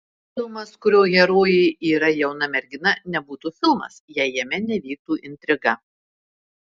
filmas kurio herojė yra jauna mergina nebūtų filmas jei jame nevyktų intriga